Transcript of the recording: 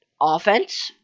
offense